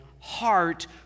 heart